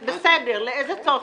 תודה, הסעיף אושר.